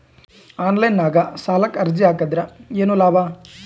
Online ನಾಗ್ ಸಾಲಕ್ ಅರ್ಜಿ ಹಾಕದ್ರ ಏನು ಲಾಭ?